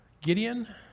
Gideon